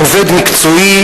עובד מקצועי,